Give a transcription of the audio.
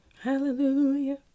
Hallelujah